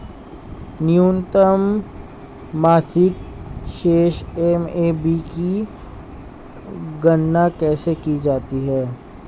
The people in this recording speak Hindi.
न्यूनतम मासिक शेष एम.ए.बी की गणना कैसे की जाती है?